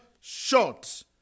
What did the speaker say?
short